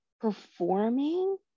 performing